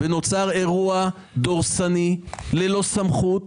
נוצר אירוע דורסני ללא סמכות,